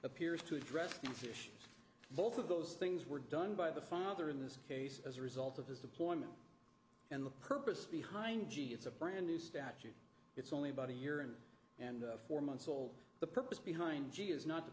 appears to address these issues both of those things were done by the father in this case as a result of his deployment and the purpose behind gee it's a brand new statute it's only about a year and and four months old the purpose behind g is not t